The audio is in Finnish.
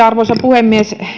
arvoisa puhemies